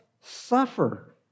suffer